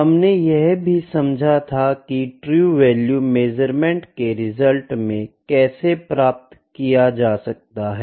हमने यह भी समझा था की ट्रू वैल्यू मेज़रमेंट के परिणाम में कैसे प्राप्त किया जा सकता है